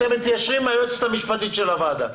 אתם מתיישרים עם היועצת המשפטית של הוועדה.